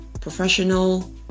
professional